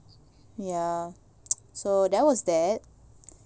ya so that was that